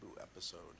episode